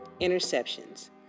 interceptions